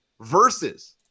versus